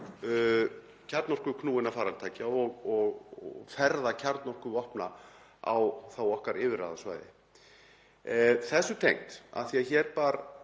kjarnorkuknúinna farartækja og ferðir með kjarnorkuvopn á okkar yfirráðasvæði. Þessu tengt, af því að hér bar